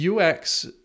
UX